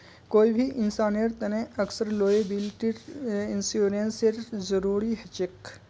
कोई भी इंसानेर तने अक्सर लॉयबिलटी इंश्योरेंसेर जरूरी ह छेक